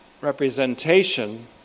representation